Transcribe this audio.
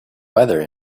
weather